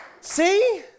See